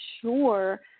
sure